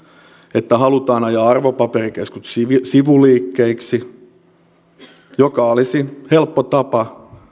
että halutaan ajaa arvopaperikeskukset sivuliikkeiksi mikä olisi helppo tapa